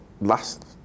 last